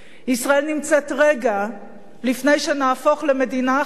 ישראל נמצאת רגע לפני שנהפוך למדינה אחת